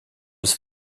was